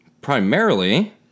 Primarily